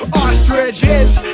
ostriches